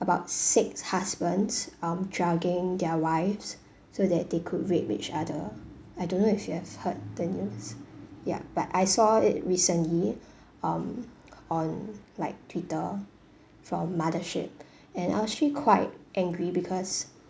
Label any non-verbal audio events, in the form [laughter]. about six husbands um drugging their wives so that they could rape each other I don't know if you have heard the news yup but I saw it recently [breath] um on like twitter from mothership [breath] and I'm actually quite angry because